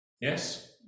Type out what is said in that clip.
Yes